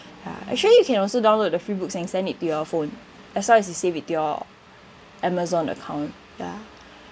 ya actually you can also download the free books and send it to your phone as long as you save it to your Amazon account ya